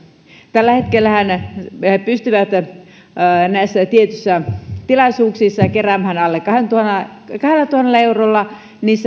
tällä hetkellähän ne pystyvät joissain tietyissä tilaisuuksissa keräämään alle kahdellatuhannella eurolla